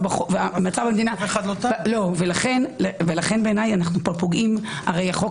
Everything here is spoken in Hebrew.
לכן בעיניי הרי החוק